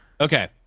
Okay